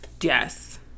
Yes